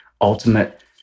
ultimate